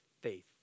faith